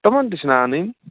تِمن تہِ چھُنا اَنٕنۍ